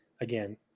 again